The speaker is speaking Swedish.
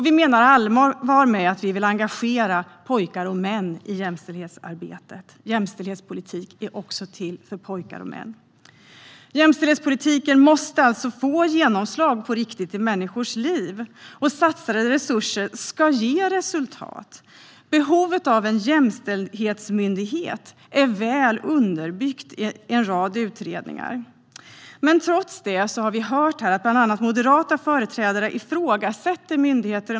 Vi menar allvar med att vi vill engagera pojkar och män i jämställdhetsarbetet. Jämställdhetspolitik är till också för pojkar och män. Jämställdhetspolitiken måste alltså få genomslag på riktigt i människors liv, och satsade resurser ska ge resultat. Behovet av en jämställdhetsmyndighet är väl underbyggt i en rad utredningar. Men trots det har vi här hört bland andra moderata företrädare ifrågasätta myndigheten.